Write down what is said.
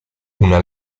una